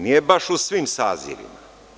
Nije baš u svim sazivima.